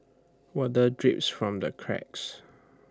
water drips from the cracks